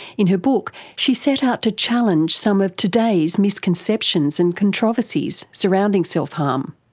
in her book she set out to challenge some of today's misconceptions and controversies surrounding self-harm.